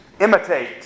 Imitate